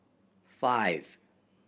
five